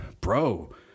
Bro